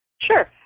Sure